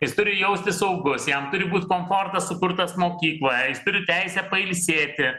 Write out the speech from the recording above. jis turi jaustis saugus jam turi būt komfortas sukurtas mokykloje jis turi teisę pailsėti